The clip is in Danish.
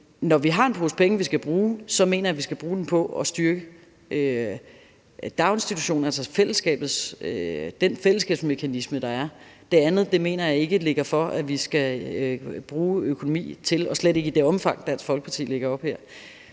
når vi har en pose penge, vi skal bruge, skal bruge dem på at styrke daginstitutionerne og den fællesskabsmekanisme, der er. Jeg mener ikke, at det ligger for, at vi skal bruge økonomi på det andet – og slet ikke i det omfang, Dansk Folkeparti lægger op til